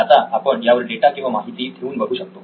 आता आपण यावर डेटा किंवा माहिती ठेवून बघु शकतो